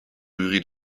jury